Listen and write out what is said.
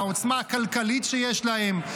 על העוצמה הכלכלית שיש להם,